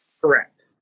Correct